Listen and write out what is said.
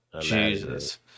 Jesus